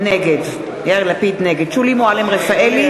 נגד שולי מועלם-רפאלי,